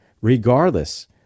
regardless